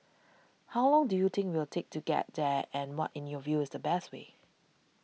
how long do you think we'll take to get there and what in your view is the best way